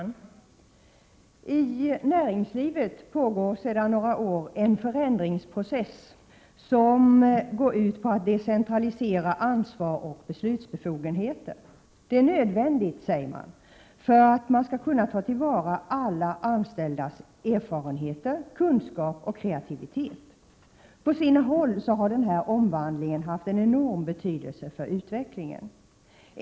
Fru talman! I näringslivet pågår sedan några år en förändringsprocess som går ut på att decentralisera ansvar och beslutsbefogenheter. Det är nödvändigt, sägs det, för att man skall kunna ta till vara alla anställdas erfarenheter, kunskaper och kreativitet. På sina håll har denna omvandling haft en enorm betydelse för utvecklingen.